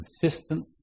consistent